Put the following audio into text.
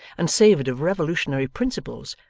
and savoured of revolutionary principles,